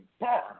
bar